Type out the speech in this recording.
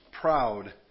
proud